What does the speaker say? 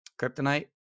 kryptonite